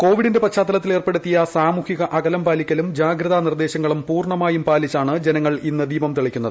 കോവിഡിന്റെ പശ്ചാത്തലത്തിൽ ഏർപ്പെടുത്തിയ സാമൂഹിക അകലം പാലിക്കലും ജാഗ്രതാ നിർദ്ദേശങ്ങളും പൂർണ്ണമായും പാലിച്ചാണ് ജനങ്ങൾ ഇന്ന് ദീപം തെളിക്കുന്നത്